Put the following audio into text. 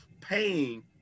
paying